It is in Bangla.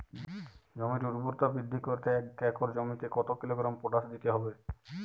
জমির ঊর্বরতা বৃদ্ধি করতে এক একর জমিতে কত কিলোগ্রাম পটাশ দিতে হবে?